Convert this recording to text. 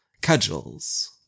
cudgels